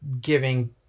giving